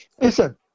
Listen